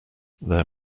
their